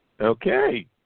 Okay